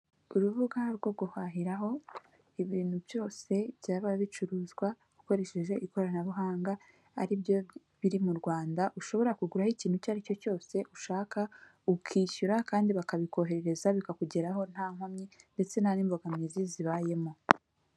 Urubuga rwo guhahiraho ibintu byose byaba bicuruzwa ukoresheje ikoranabuhanga, aribyo biri mu Rwanda, ushobora kuguraho ikintu icyo ari cyo cyose ushaka ukishyura kandi bakabikohereza bikakugeraho nta nkomyi ndetse nta n'ibogamizi zibayemo.